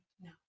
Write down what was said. No